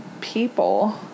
people